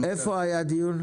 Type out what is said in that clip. איפה היה דיון?